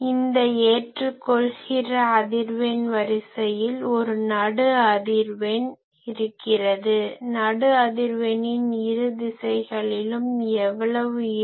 இந்த ஏற்றுக்கொள்கிற அதிர்வெண் வரிசையில் ஒரு நடு அதிர்வெண் இருக்கிறது நடு அதிர்வெண்ணின் இரு திசைகளிலும் எவ்வளவு இருக்கும்